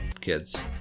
kids